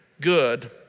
good